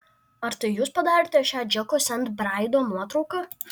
ar tai jūs padarėte šią džeko sent braido nuotrauką